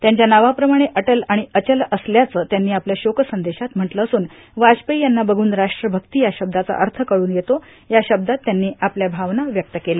त्यांच्या नावाप्रमाणे अटल आणि अचल असल्याचं त्यांनी आपल्या शोक संदेशात म्हटलं असून वाजपेयी यांना बघून राष्ट्रभक्ती या शब्दाचा अर्थ कळून येतो या शब्दात त्यांनी आपल्या भावना व्यक्त केल्या